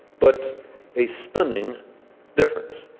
but a stunning difference.